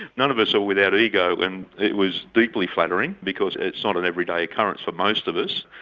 none of us are without ego, and it was deeply flattering because it's not an everyday occurrence for most of us.